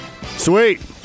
Sweet